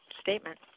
statement